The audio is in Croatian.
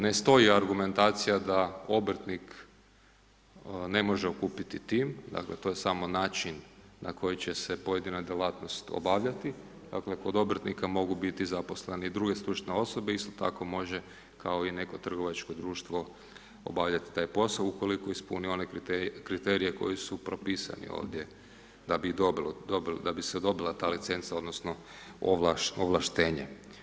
Ne stoji argumentacija da obrtnik ne može okupiti tim, dakle to je samo način na koji će se pojedina djelatnost obavljati, dakle kod obrtnika mogu biti zaposlene i druge stručne osobe, isto tako može kao i neko trgovačko društvo obavljati taj posao ukoliko ispuni one kriterije koji su propisani ovdje da bi se dobila ta licenca odnosno ovlaštenje.